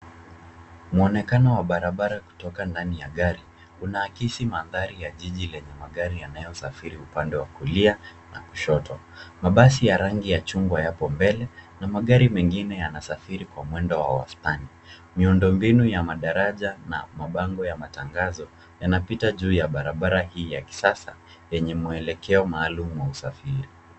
Mwonekano wa barabara kutoka ndani ya gari. Unaakisi mandhari ya jiji yenye magari yanayosafiri upande wa kulia na kushoto. Mabasi ya rangi ya chungwa yapo mbele na magari mengine yana safiri kwa mwendo wa wastani. Miundombinu ya madaraja na mabango ya matangazo yanapita juu ya barabara hii ya kisasa yenye mwelekeo maalumu wa usafiri.